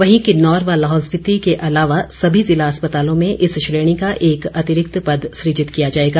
वहीं किन्नौर व लाहौल स्पीति के अलावा सभी ज़िला अस्पतालों में इस श्रेणी का एक अतिरिक्त पद सुजित किया जाएगा